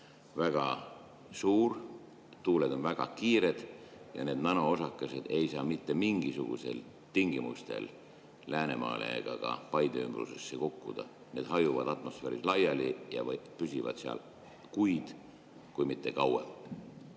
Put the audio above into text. väga suur, tuuled on väga kiired ja need nanoosakesed ei saa mitte mingisugustel tingimustel Läänemaale ega ka Paide ümbrusesse kukkuda. Need hajuvad atmosfääris laiali ja püsivad seal kuid, kui mitte kauem.